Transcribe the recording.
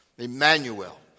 Emmanuel